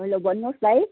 hello भन्नुहोस् भाइ